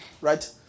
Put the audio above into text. Right